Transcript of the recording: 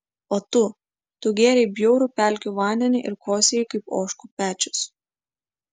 o tu tu gėrei bjaurų pelkių vandenį ir kosėjai kaip ožkų pečius